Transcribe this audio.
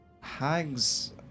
Hags